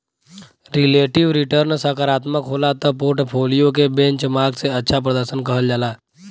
relative return सकारात्मक होला त पोर्टफोलियो के बेंचमार्क से अच्छा प्रर्दशन कहल जाला